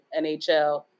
NHL